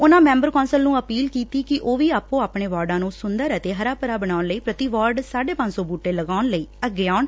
ਉਨਾਂ member council ਨੰ appeal ਕੀਤੀ ਕਿ ਉਹ ਵੀ ਆਪੌ ਆਪਣੇ ਵਾਰਡਾਂ ਨੰ ਸੁੰਦਰ ਅਤੇ ਹਰਾ ਭਰਾ ਬਣਾਉਣ ਲਈ ਪ੍ਰਤੀ ਵਾਰਡ ਸਾਢੇ ਪੰਜ ਸੌ ਬੁਟੇ ਲਾਉਣ ਲਈ ਅੱਗੇ ਆਉਣ